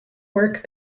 work